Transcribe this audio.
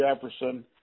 Jefferson